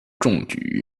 中举